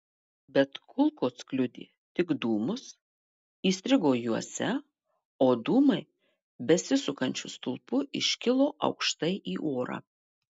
bet kulkos kliudė tik dūmus įstrigo juose o dūmai besisukančiu stulpu iškilo aukštai į orą